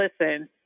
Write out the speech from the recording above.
listen